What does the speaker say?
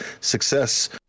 success